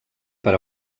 per